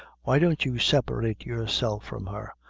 why don't you separate yourself from her?